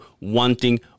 wanting